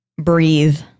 breathe